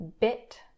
bit